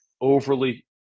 overly